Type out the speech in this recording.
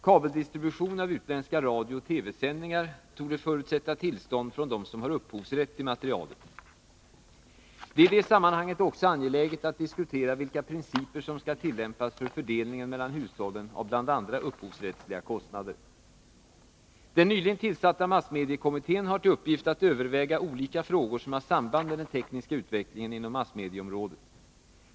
Kabeldistribution av utländska radiooch TV-sändningar torde förutsätta tillstånd från dem som har upphovsrätt till materialet. Det är i det sammanhanget också angeläget att diskutera vilka principer som skall tillämpas för fördelningen mellan hushållen av bl.a. upphovsrättsliga kostnader. Den nyligen tillsatta massmediekommittén har till uppgift att överväga olika frågor som har samband med den tekniska utvecklingen inom massmedieområdet.